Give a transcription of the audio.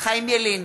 חיים ילין,